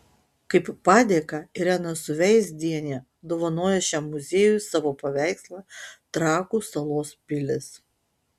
kaip padėką irena suveizdienė dovanojo šiam muziejui savo paveikslą trakų salos pilys